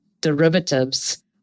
derivatives